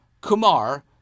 Kumar